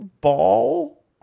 ball